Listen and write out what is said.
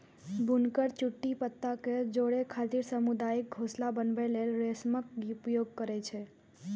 बुनकर चुट्टी पत्ता कें जोड़ै खातिर सामुदायिक घोंसला बनबै लेल रेशमक उपयोग करै छै